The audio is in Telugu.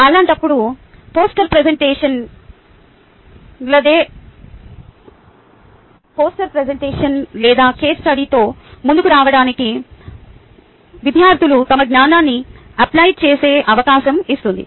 అలాంటప్పుడు పోస్టర్ ప్రెజెంటేషన్ లేదా కేస్ స్టడీతో ముందుకు రావడానికి విద్యార్థులు తమ జ్ఞానాన్ని అప్లై చేసే అవకాశం ఇస్తుంది